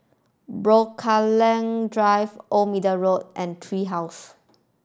Drive Old Middle Road and Tree House